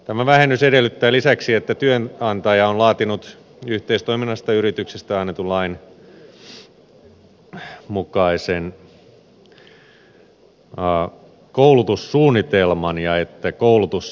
tämä vähennys edellyttää lisäksi että työnantaja on laatinut yhteistoiminnasta yrityksissä annetun lain mukaisen koulutussuunnitelman ja että koulutus sisältyy siihen